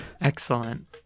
Excellent